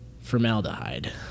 Formaldehyde